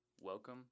Welcome